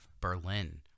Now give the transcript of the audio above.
Berlin